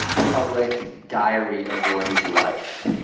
public diary of one's life.